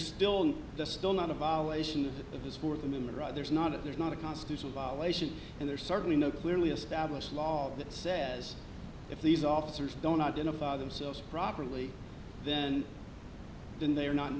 still the still not a violation of his fourth amendment right there's not it there's not a constitutional violation and there's certainly no clearly established law that says if these officers don't identify themselves properly then then they are not